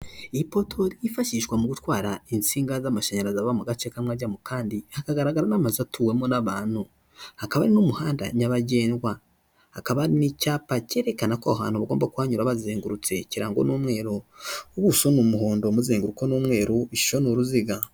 Ipoto ryifashishwa mu gutwara insinga z'amashanyarazi ava mu gace kamwe ajya mu kandi, hagaragara n'amazu atuwemo n'abantu. Hakaba n'umuhanda nyabagendwa, hakaba n'icyapa cyerekana ko aho ahantu bagomba kubanyu bazengurutse kirango ni umweru, ubuso ni umuhondo, uzenguruko ni umweru, ishusho ni uruziga.